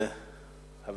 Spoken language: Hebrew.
הצעה לסדר-היום שמספרה 3231,